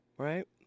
right